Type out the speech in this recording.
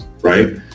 right